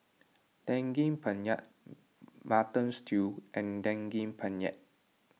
Daging Penyet Mutton Stew and Daging Penyet